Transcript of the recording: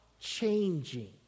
changing